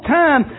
time